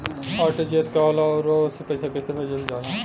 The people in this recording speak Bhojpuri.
आर.टी.जी.एस का होला आउरओ से पईसा कइसे भेजल जला?